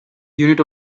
unit